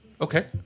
Okay